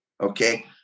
okay